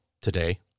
today